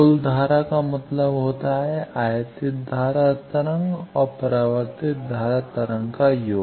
कुल धारा का मतलब होता है आयातित धारा तरंग और परावर्तित धारा तरंग का योग